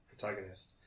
protagonist